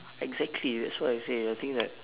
exactly that's why I say I think that